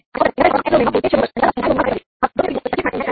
13F farad capacitor ની કિંમત S domain માં 3s થશે